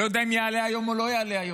אני לא יודע אם יעלה היום או לא יעלה היום.